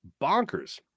bonkers